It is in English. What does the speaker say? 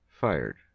fired